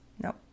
Nope